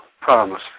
promise